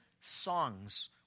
songs